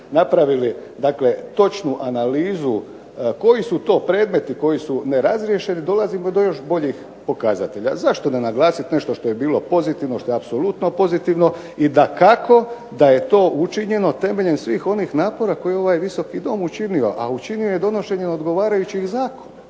napravili dakle točnu analizu koji su to predmeti koji su nerazriješeni dolazimo do još boljih pokazatelja. Zašto ne naglasiti nešto što je bilo pozitivno, što je apsolutno pozitivno i dakako da je to učinjeno temeljem svih onih napora koje je ovaj Visoki dom učinio. A učinio je donošenjem odgovarajućih zakona